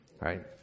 right